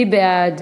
מי בעד?